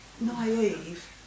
naive